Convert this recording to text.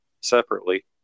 separately